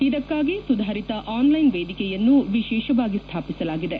ಇದಕ್ಕಾಗಿ ಸುಧಾರಿತ ಆನ್ಲೈನ್ ವೇದಿಕೆಯನ್ನು ವಿಶೇಷವಾಗಿ ಸ್ವಾಪಿಸಲಾಗಿದೆ